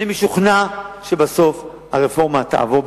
אני משוכנע שבסוף הרפורמה תעבור,